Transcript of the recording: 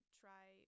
try